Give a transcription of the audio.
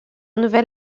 nouvel